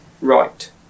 right